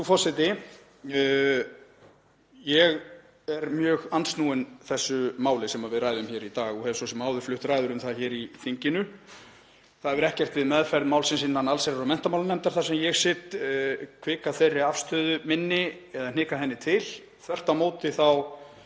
forseti. Ég er mjög andsnúinn þessu máli sem við ræðum hér í dag og hef svo sem áður flutt ræður um það í þinginu. Það hefur ekkert við meðferð málsins innan allsherjar- og menntamálanefndar, þar sem ég sit, hvikað þeirri afstöðu minni eða hnikað henni til. Þvert á móti þá